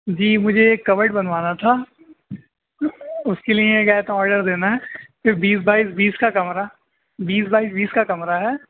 جی مجھے ایک کبڈ بنوانا تھا اس کے لیے گیا تھا آڈر دینا ہے پھر بیس بائیس بیس کا کمرہ بیس بائیس بیس کا کمرہ ہے